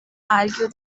argue